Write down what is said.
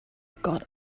got